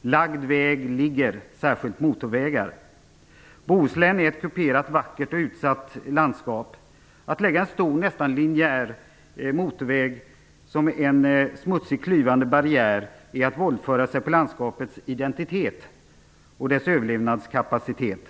Lagd väg ligger, särskilt motorvägar. Bohuslän är ett kuperat, vackert och utsatt landskap. Att lägga en stor, nästan linjär motorväg som en smutsig, klyvande barriär är att våldföra sig på landskapets identitet och dess överlevnadskapacitet.